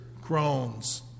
groans